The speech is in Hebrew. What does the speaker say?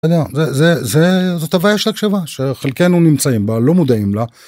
זה זה זאת הבעיה של הקשבה שחלקנו נמצאים בה לא מודעים לה.